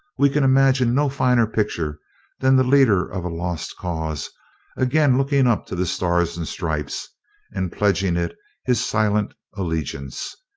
we can imagine no finer picture than the leader of a lost cause again looking up to the stars and stripes and pledging it his silent allegiance.